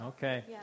Okay